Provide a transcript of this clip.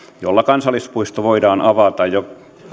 jotta kansallispuisto voidaan avata jo